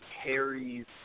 Harry's